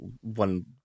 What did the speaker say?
one